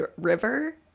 river